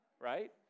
right